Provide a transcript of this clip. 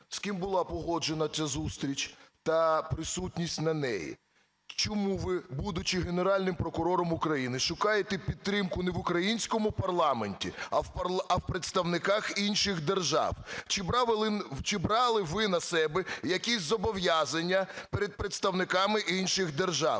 З ким була погоджена ця зустріч та присутність на ній? Чому ви, будучи Генеральним прокурором України, шукаєте підтримку не в українському парламенті, а у представників інших держав? Чи брали ви на себе якісь зобов'язання перед представниками інших держав?